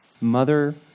Mother